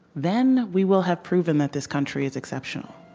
then we will have proven that this country is exceptional